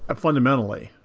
and fundamentally.